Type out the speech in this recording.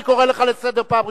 אני קורא לך לסדר פעם ראשונה.